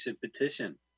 petition